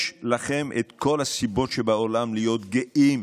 יש לכם את כל הסיבות שבעולם להיות גאים